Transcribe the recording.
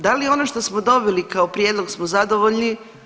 Da li ono što smo dobili kao prijedlog smo zadovoljni?